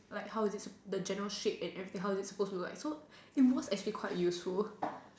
like how is it like the general shape how is it supposed to look like it was actually quite useful